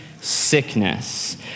sickness